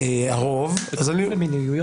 נראה לי שהנוסח של לוין מצוין.